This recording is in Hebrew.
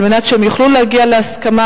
על מנת שהם יוכלו להגיע להסכמה,